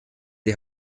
die